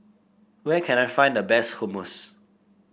where can I find the best Hummus